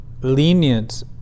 lenient